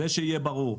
שיהיה ברור.